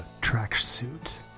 tracksuit